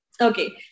Okay